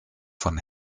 von